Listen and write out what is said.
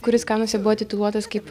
kuris kanuose buvo tituluotas kaip